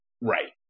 Right